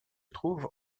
trouve